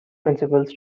principles